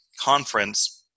conference